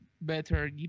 better